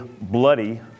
bloody